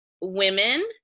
women